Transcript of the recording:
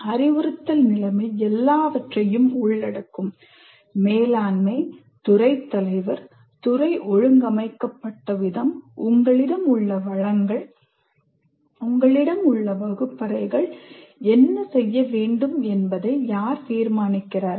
அறிவுறுத்தல் நிலைமை எல்லாவற்றையும் உள்ளடக்கும் மேலாண்மை துறைத்தலைவர் துறை ஒழுங்கமைக்கப்பட்ட விதம் உங்களிடம் உள்ள வளங்கள் உங்களிடம் உள்ள வகுப்பறைகள் என்ன செய்ய வேண்டும் என்பதை யார் தீர்மானிக்கிறார்கள்